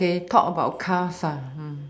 okay talk about cars ah